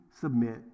submit